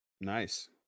Nice